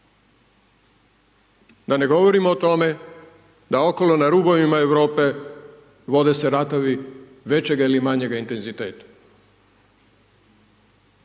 Da ne govorim o tome da okolo na rubovima Europe vode se ratovi većeg ili manjeg intenziteta,